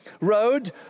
road